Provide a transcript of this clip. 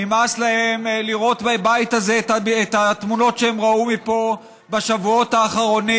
נמאס להם לראות בבית הזה את התמונות שהם ראו מפה בשבועות האחרונים,